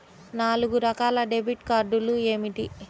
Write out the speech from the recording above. నాలుగు రకాల డెబిట్ కార్డులు ఏమిటి?